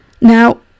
Now